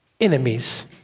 enemies